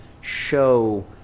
show